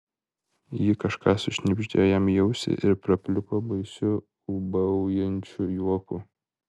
ji kažką sušnibždėjo jam į ausį ir prapliupo baisiu ūbaujančiu juoku